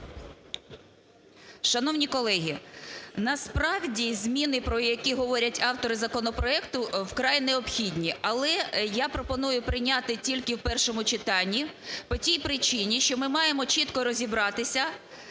Шановні колеги! Насправді зміни, про які говорять автори законопроекту, вкрай необхідні. Але я пропоную прийняти тільки в першому читанні по тій причині, що ми маємо чітко розібратися,